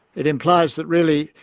it implies that really,